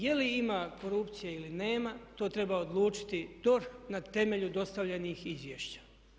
Je li ima korupcije ili nema to treba odlučiti DORH na temelju dostavljenih izvješća.